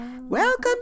Welcome